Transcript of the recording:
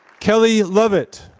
kelly lovett.